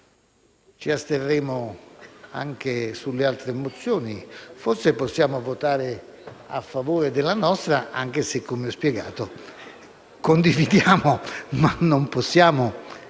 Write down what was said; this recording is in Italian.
Ci asterremo anche sulle altre risoluzioni. Possiamo forse votare a favore della nostra, anche se, come ho spiegato, condividiamo, ma non possiamo